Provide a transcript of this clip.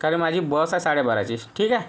कारण माझी बस आहे साडेबाराची ठीक आहे